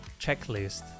checklist